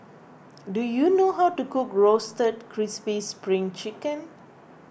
do you know how to cook Roasted Crispy Spring Chicken